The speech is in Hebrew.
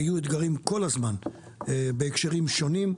ויהיו אתגרים כל הזמן בהקשרים שונים,